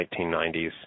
1990s